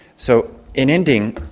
so, in ending,